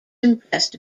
impressed